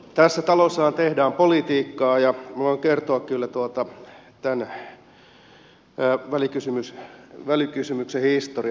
tässä talossahan tehdään politiikkaa ja voin kertoa kyllä tämän välikysymyksen historian